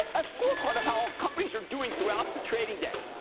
a scorecard of how companies are doing throughout the trading day.